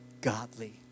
godly